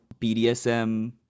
bdsm